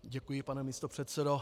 Děkuji, pane místopředsedo.